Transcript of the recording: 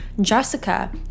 Jessica